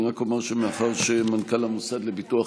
אני רק אומר שמאחר שמנכ"ל המוסד לביטוח